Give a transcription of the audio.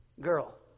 Girl